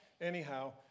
Anyhow